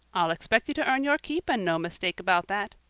i'll expect you to earn your keep, and no mistake about that.